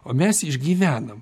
o mes išgyvenam